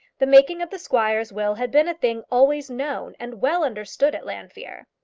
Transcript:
the making of the squire's will had been a thing always known and well understood at llanfeare.